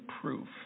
proof